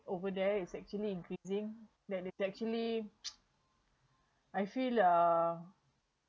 over there is actually increasing then it actually I feel uh